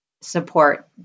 support